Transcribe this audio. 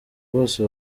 bose